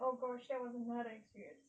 oh gosh that was a lot of experience